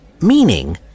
meaning